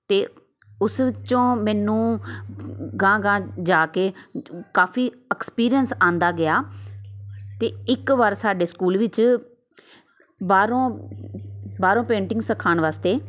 ਅਤੇ ਉਸ ਵਿੱਚੋਂ ਮੈਨੂੰ ਅਗਾਂਹ ਅਗਾਂਹ ਜਾ ਕੇ ਕਾਫੀ ਐਕਸਪੀਰੀਅੰਸ ਆਉਂਦਾ ਗਿਆ ਅਤੇ ਇੱਕ ਵਾਰ ਸਾਡੇ ਸਕੂਲ ਵਿੱਚ ਬਾਹਰੋਂ ਬਾਹਰੋਂ ਪੇਂਟਿੰਗ ਸਿਖਾਉਣ ਵਾਸਤੇ